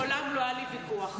מעולם לא היה לי ויכוח איתך.